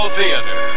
Theater